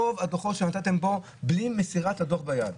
רוב הדוחות שנתתם פה, בלי מסירת הדוח ביד.